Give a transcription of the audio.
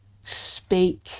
speak